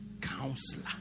Counselor